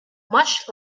much